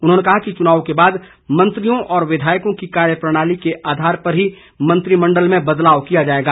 उन्होंने कहा कि चुनाव के बाद मंत्रियों और विधायकों की कार्यप्रणाली के आधार पर ही मंत्रिमण्डल में बदलाव किया जाएगा